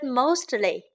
mostly